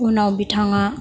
उनाव बिथाङा